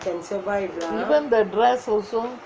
even the dress also